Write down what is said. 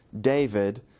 David